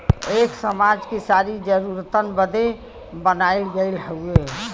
एक समाज कि सारी जरूरतन बदे बनाइल गइल हउवे